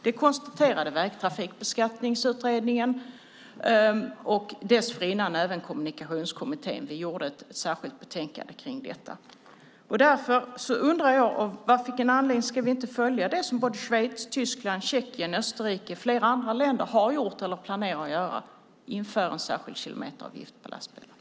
Det konstaterade Vägtrafikbeskattningsutredningen och dessförinnan även Kommunikationskommittén som gjorde ett särskilt betänkande om detta. Av vilken anledning ska vi inte följa det som Schweiz, Tjeckien, Tyskland, Österrike och flera andra länder har gjort eller planerar att göra och införa en särskild kilometeravgift för lastbilar?